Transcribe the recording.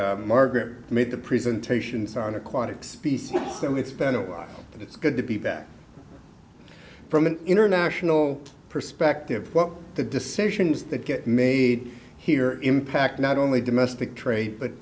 and margaret made the presentations on aquatics piece so it's been a while but it's good to be back from an international perspective what the decisions that get made here impact not only domestic trade but